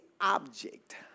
object